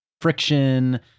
friction